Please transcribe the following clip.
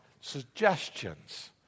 suggestions